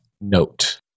note